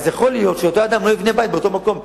אז יכול להיות שאותו אדם לא יבנה בית באותו מקום.